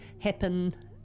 happen